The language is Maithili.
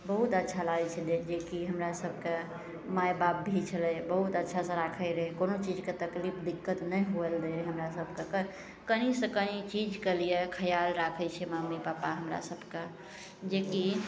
बहुत अच्छा लागै छै जइसेकि हमरासभके माइबाप भी छलै बहुत अच्छासे राखै रहै कोनो चीजके तकलीफ दिक्कत नहि होइले दै रहै कनिसे कनि चीजके लिए खिआल राखै छै मम्मी पप्पा हमरासभके जेकि